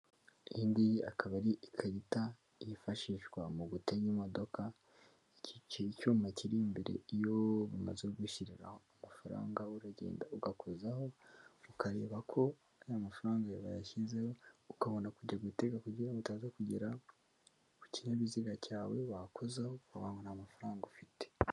Iyi ngiyi akaba ari ikarita yifashishwa mu gutega imodoka iki icyuma kiri imbere iyo umaze kwishyiriraho amafaranga uragenda ugakozaho ukareba ko ya mafaranga bayashyizeho ukabona kujya gutekaga kugira ngo utaza kugera ku kinyabiziga cyawe wakozaho ukabona nta amafaranga ufite.